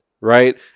right